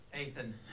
Ethan